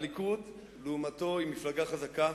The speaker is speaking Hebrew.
הליכוד לעומתו היא מפלגה חזקה,